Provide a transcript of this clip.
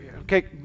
okay